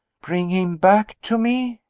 bring him back to me?